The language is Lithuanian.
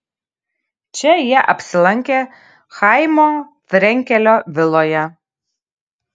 čia jie apsilankė chaimo frenkelio viloje